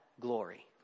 glory